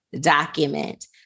document